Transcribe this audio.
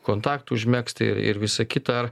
kontaktų užmegzti ir ir visa kita